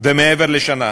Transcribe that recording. ומעבר לשנה.